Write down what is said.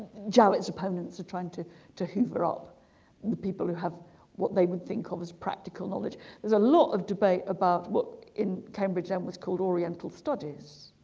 jarrett's opponents are trying to to hoover up people who have what they would think of as practical knowledge there's a lot of debate about what in cambridge em was called oriental studies